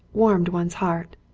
warmed one's heart.